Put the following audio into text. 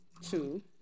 two